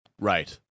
Right